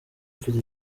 mfite